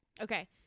Okay